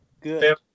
good